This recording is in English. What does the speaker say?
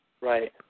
Right